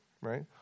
right